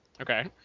Okay